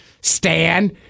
Stan